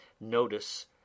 notice